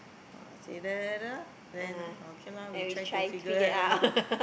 uh say then okay lor we try to figure that out lor